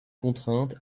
contrainte